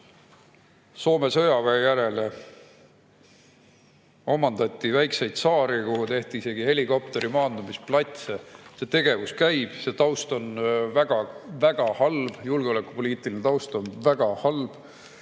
Soome sõjaväe järele. Omandati väikseid saari, kuhu tehti isegi helikopteri maandumisplatse. See tegevus käib, see taust on väga-väga halb, julgeolekupoliitiline taust on väga halb.